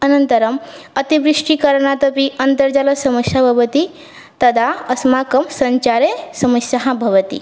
अनन्तरम् अतिवृष्टिकारणादपि अन्तर्जालसमस्या भवति तदा अस्माकं सञ्चारे समस्या भवति